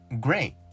Great